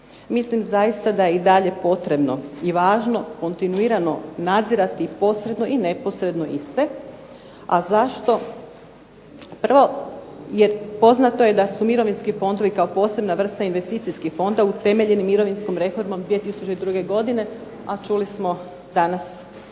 Mislim zaista da je i dalje potrebno i važno kontinuirano nadzirati posredno i neposredno iste. A zašto? Prvo, poznato je da su mirovinski fondovi kao posebna vrsta investicijskih fonda utemeljeni mirovinskom reformom 2002. godine a čuli smo danas